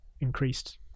increased